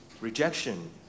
Rejection